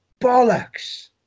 bollocks